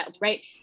right